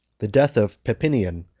the death of papinian,